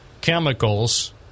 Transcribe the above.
chemicals